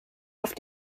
auf